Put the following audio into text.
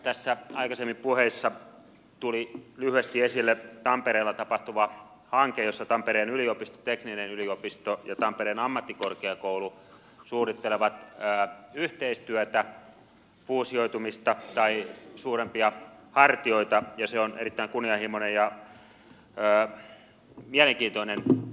tässä aikaisemmin puheissa tuli lyhyesti esille tampereella tapahtuva hanke jossa tampereen yliopisto tekninen yliopisto ja tampereen ammattikorkeakoulu suunnittelevat yhteistyötä fuusioitumista tai suurempia hartioita ja se on erittäin kunnianhimoinen ja mielenkiintoinen